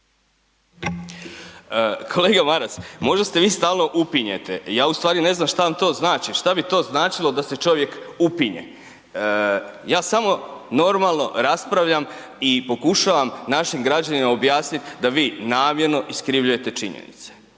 Kolega Maras, možda ste vi stalno upinjete, ja u stvari ne znam šta vam to znači, šta bi to značilo da se čovjek upinje. Ja samo normalno raspravljam i pokušavam našim građanima objasnit da vi namjerno iskrivljujete činjenice,